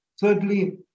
thirdly